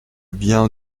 bien